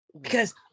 Because-